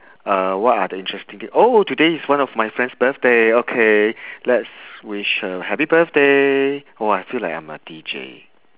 uh what are the interesting thing oh today is one of my friend's birthday okay let's wish her happy birthday oh I feel like I'm a D_J